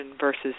versus